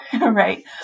Right